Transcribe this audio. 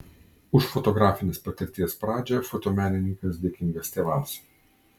už fotografinės patirties pradžią fotomenininkas dėkingas tėvams